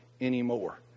anymore